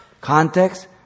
Context